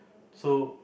so